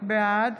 בעד